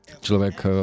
člověk